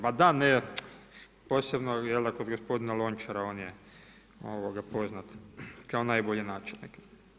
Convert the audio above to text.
Ma da, ne, posebno kod gospodina Lončara, on je poznat kao najbolji načelnik.